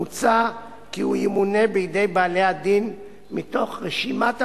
מוצע כי הוא ימונה בידי בעלי הדין מתוך רשימת הבוררים,